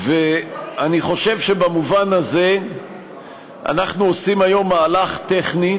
אני חושב שבמובן הזה אנחנו עושים היום מהלך טכני,